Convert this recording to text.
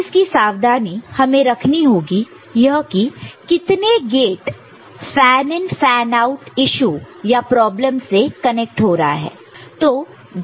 एक चीज की सावधानी हमें रखनी होगी यह की कितने gate fan in fan out issue या प्रॉब्लम से कनेक्ट हो रहा है